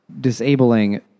disabling